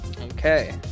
Okay